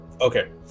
Okay